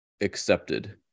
accepted